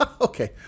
Okay